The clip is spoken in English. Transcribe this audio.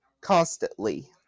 constantly